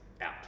out